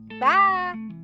Bye